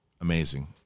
amazing